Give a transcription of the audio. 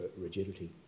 rigidity